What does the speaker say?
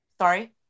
Sorry